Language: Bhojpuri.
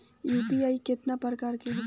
यू.पी.आई केतना प्रकार के होला?